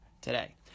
today